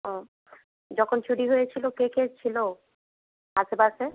ও যখন চুরি হয়েছিল কে কে ছিল আশেপাশে